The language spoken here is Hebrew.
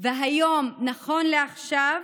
והיום, נכון לעכשיו,